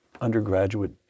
undergraduate